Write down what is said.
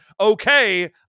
Okay